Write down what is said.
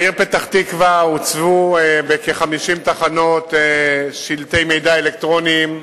בעיר פתח-תקווה הוצבו בכ-50 תחנות שלטי מידע אלקטרוניים,